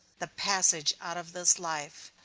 the passage out of this life.